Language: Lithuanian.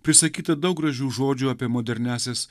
prisakyta daug gražių žodžių apie moderniąsias